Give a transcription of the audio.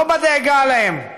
לא בדאגה להם,